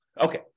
Okay